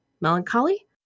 melancholy